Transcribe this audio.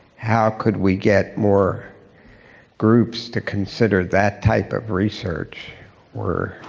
how could we get more groups to consider that type of research where